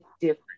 different